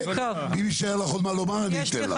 אם יישאר לך עוד מה לומר אני אתן לך.